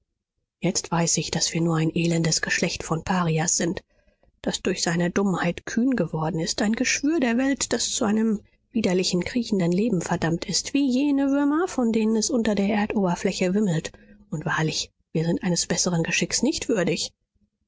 jetzt weiß ich daß wir nur ein elendes geschlecht von parias sind das durch seine dummheit kühn geworden ist ein geschwür der welt das zu einem widerlichen kriechenden leben verdammt ist wie jene würmer von denen es unter der erdoberfläche wimmelt und wahrlich wir sind eines besseren geschicks nicht würdig